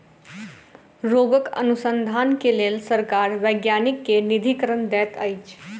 रोगक अनुसन्धान के लेल सरकार वैज्ञानिक के निधिकरण दैत अछि